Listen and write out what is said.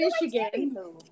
michigan